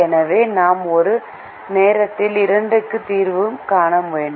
எனவே நாம் ஒரு நேரத்தில் இரண்டுக்கு தீர்வு காண வேண்டும்